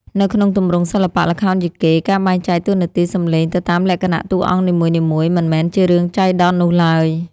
នៅក្នុងទម្រង់សិល្បៈល្ខោនយីកេ ការបែងចែកតួនាទីសំឡេងទៅតាមលក្ខណៈតួអង្គនីមួយៗ មិនមែនជារឿងចៃដន្យនោះឡើយ។